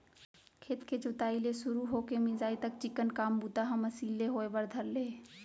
खेत के जोताई ले सुरू हो के मिंसाई तक चिक्कन काम बूता ह मसीन ले होय बर धर ले हे